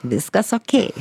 viskas okei